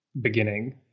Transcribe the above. beginning